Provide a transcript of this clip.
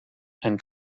and